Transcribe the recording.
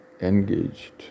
engaged